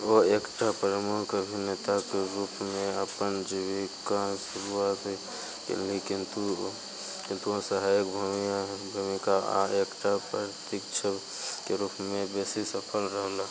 ओ एकटा प्रमुख अभिनेताक रूपमे अपन जीविकाक शुरुआत कयलनि किन्तु ओ किन्तु ओ सहायक भूमिका आ एकटा प्रतिपक्षीके रूपमे बेसी सफल रहलाह